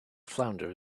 flounder